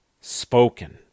spoken